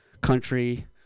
country